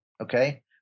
okay